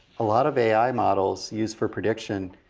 a lot of ai models used for prediction,